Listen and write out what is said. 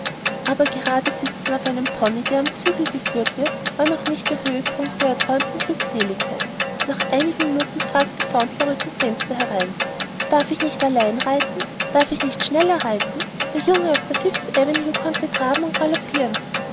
aber gerade sitzen auf einem pony der am zügel geführt wird war noch nicht der höhepunkt der erträumten glückseligkeit nach einigen minuten fragte fauntleroy zum fenster herein darf ich nicht allein reiten darf ich nicht schneller reiten der junge aus der fifth avenue konnte traben und galoppieren